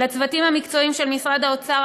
לצוותים המקצועיים של משרד האוצר,